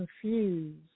confused